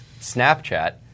Snapchat